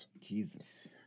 Jesus